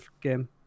game